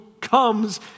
comes